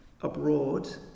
abroad